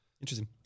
Interesting